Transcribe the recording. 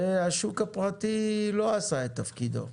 השוק הפרטי לא עשה את תפקידו.